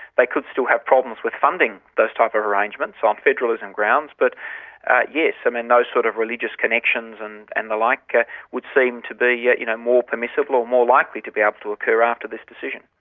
they could still have problems with funding those type of arrangements, on federalism grounds, but yes, i mean those sort of religious connections and and the like ah would seem to be, yeah you know, more permissible ah more likely to be able to occur after this decision.